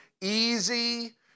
easy